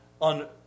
on